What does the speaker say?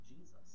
Jesus